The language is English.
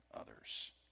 others